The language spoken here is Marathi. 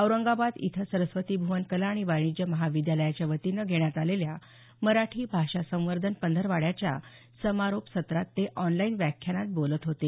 औरंगाबाद इथं सरस्वती भुवन कला आणि वाणिज्य महाविद्यालयाच्या वतीनं घेण्यात आलेल्या मराठी भाषा संवर्धन पंधरवड्याच्या समारोप सत्रात ते ऑनलाईन व्याख्यानात बोलत होते